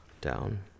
down